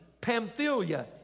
Pamphylia